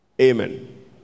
Amen